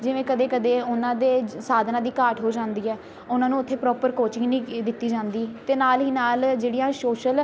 ਜਿਵੇਂ ਕਦੇ ਕਦੇ ਉਹਨਾਂ ਦੇ ਸਾਧਨਾਂ ਦੀ ਘਾਟ ਹੋ ਜਾਂਦੀ ਹੈ ਉਹਨਾਂ ਨੂੰ ਉੱਥੇ ਪ੍ਰੋਪਰ ਕੋਚਿੰਗ ਨਹੀਂ ਦਿੱਤੀ ਜਾਂਦੀ ਅਤੇ ਨਾਲ ਹੀ ਨਾਲ ਜਿਹੜੀਆਂ ਸ਼ੋਸ਼ਲ